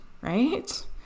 right